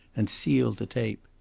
and sealed the tape.